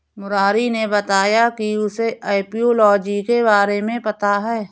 मुरारी ने बताया कि उसे एपियोलॉजी के बारे में पता है